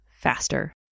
faster